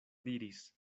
diris